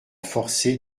forcé